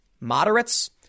moderates